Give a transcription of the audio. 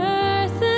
earth